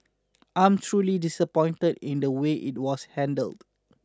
I'm truly disappointed in the way it was handled